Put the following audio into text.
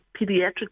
pediatric